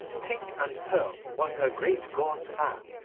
pink and pearl was her great gauze fan,